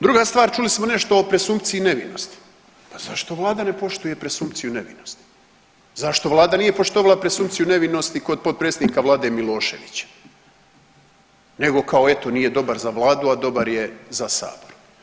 Druga stvar, čuli smo nešto o presumpciji nevinosti, pa zašto vlada ne poštuje presumpciju nevinosti, zašto vlada nije poštovala presumpciju nevinosti kod potpredsjednika vlade Miloševića nego kao eto nije dobar za vladu, a dobar je za sabor.